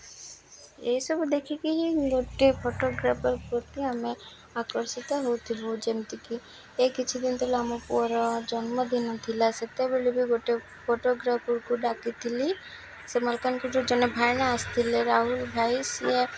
ଏସବୁ ଦେଖିକି ହିଁ ଗୋଟେ ଫଟୋଗ୍ରାଫର୍ ପ୍ରତି ଆମେ ଆକର୍ଷିତ ହେଉଥିଲୁ ଯେମିତିକି ଏ କିଛି ଦିନ ଥିଲା ଆମ ପୁଅର ଜନ୍ମଦିନ ଥିଲା ସେତେବେଳେ ବି ଗୋଟେ ଫଟୋଗ୍ରାଫରକୁ ଡାକିଥିଲି ସେ ମାଲକାନାଗିରିରୁ ଜଣେ ଭାଇନା ଆସିଥିଲେ ରାହୁଲ ଭାଇନା ଏ